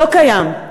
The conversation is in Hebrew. לא קיים.